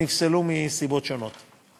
והן נפסלו מסיבות שונות.